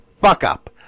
fuck-up